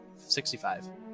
65